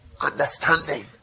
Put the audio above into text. understanding